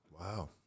Wow